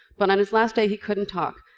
but on his last day he couldn't talk.